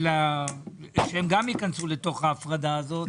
שגם הם ייכנסו לתוך ההפרדה הזאת.